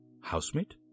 Housemate